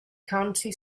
county